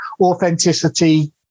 authenticity